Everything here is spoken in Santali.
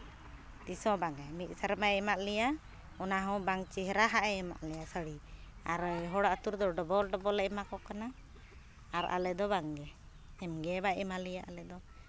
ᱛᱤᱥ ᱦᱚᱸ ᱵᱟᱝᱟ ᱢᱤᱫ ᱥᱮᱨᱢᱟᱭ ᱮᱢᱟᱜ ᱞᱮᱭᱟ ᱚᱱᱟ ᱦᱚᱸ ᱵᱟᱝ ᱪᱮᱦᱨᱟ ᱦᱟᱜ ᱮ ᱮᱢᱟᱜ ᱞᱮᱭᱟ ᱥᱟᱹᱲᱤ ᱟᱨ ᱦᱚᱲ ᱟᱹᱛᱩ ᱨᱮᱫᱚ ᱰᱚᱵᱚᱞ ᱰᱚᱵᱚᱞᱮ ᱮᱢᱟ ᱠᱚ ᱠᱟᱱᱟ ᱟᱨ ᱟᱞᱮ ᱫᱚ ᱵᱟᱝᱜᱮ ᱮᱢᱜᱮ ᱵᱟᱭ ᱮᱢᱟ ᱞᱮᱭᱟ ᱟᱞᱮᱫᱚ